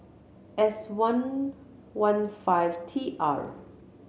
S one one five T R